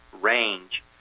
range